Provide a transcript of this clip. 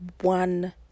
one